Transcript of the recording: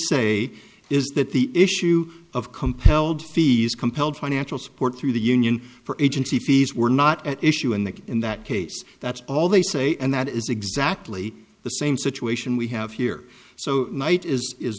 say is that the issue of compelled fees compelled financial support through the union for agency fees were not at issue in that in that case that's all they say and that is exactly the same situation we have here so knight is is